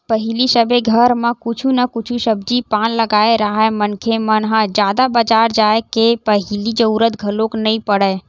पहिली सबे घर म कुछु न कुछु सब्जी पान लगाए राहय मनखे मन ह जादा बजार जाय के पहिली जरुरत घलोक नइ पड़य